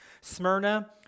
Smyrna